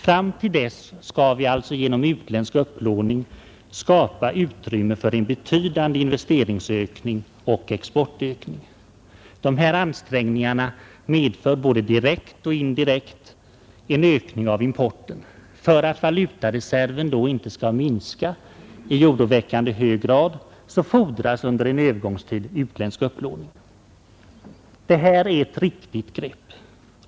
Fram till dess skall vi alltså genom utländsk upplåning skapa utrymme för en betydande investeringsökning och exportökning. Dessa ansträngningar medför både direkt och indirekt en ökning av importen. För att valutareserven då inte skall minska i oroväckande grad fordras under en övergångstid utländsk upplåning. Detta är ett riktigt grepp.